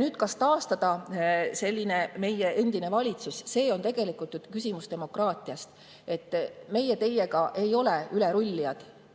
Nüüd, kas taastada selline meie endine valitsus? See on tegelikult küsimus demokraatiast. Meie teiega ei ole ülerullijad,